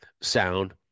sound